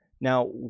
Now